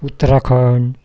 Uttarakhand